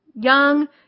Young